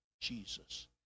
Jesus